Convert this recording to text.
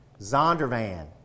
Zondervan